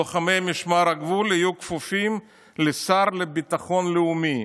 לוחמי משמר הגבול, יהיו כפופים לשר לביטחון לאומי.